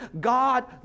God